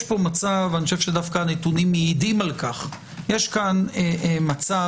אני חושב שהנתונים מעידים על כך שיש פה מצב